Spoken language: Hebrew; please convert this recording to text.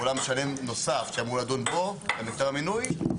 משלם נוסף שאמור לדון בו, בכתב המינוי.